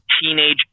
teenage